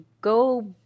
go